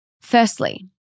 Firstly